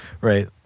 right